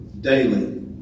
daily